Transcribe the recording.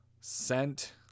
sent